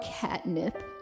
Catnip